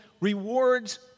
rewards